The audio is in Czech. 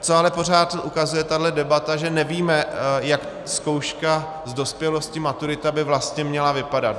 Co ale pořád ukazuje tahle debata, je, že nevíme, jak zkouška z dospělosti, maturita, by vlastně měla vypadat.